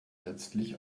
letztlich